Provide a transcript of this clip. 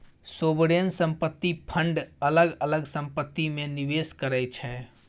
sovereign संपत्ति fund अलग अलग संपत्ति मे निबेस करै छै